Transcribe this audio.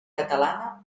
catalana